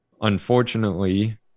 unfortunately